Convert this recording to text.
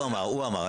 הוא אמר.